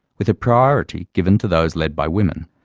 with priority given to those led by women,